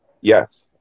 Yes